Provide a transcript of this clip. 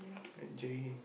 right Jai hind